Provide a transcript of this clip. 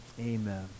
Amen